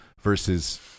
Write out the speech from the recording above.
versus